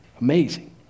amazing